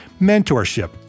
mentorship